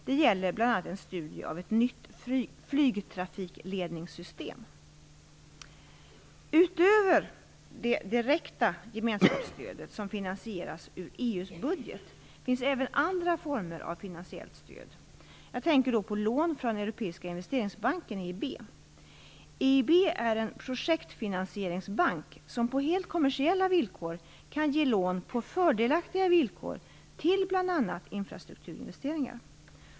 Det gäller bl.a. en studie av ett nytt flygtrafikledningssystem. Utöver det direkta gemenskapsstödet, som finansieras ur EU:s budget, finns även andra former av finansiellt stöd. Jag tänker på lån från Europeiska investeringsbanken, EIB. EIB är en projektfinansieringsbank som på helt kommersiella villkor kan ge lån på fördelaktiga villkor till bl.a. infrastrukturinvesteringar.